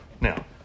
Now